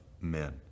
men